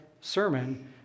sermon